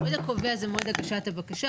המועד הקובע זה מועד הגשת הבקשה,